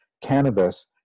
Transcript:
cannabis